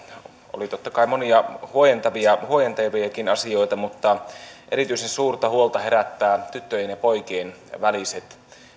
oli totta kai monia huojentaviakin huojentaviakin asioita mutta erityisen suurta huolta herättävät tyttöjen ja poikien väliset